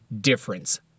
difference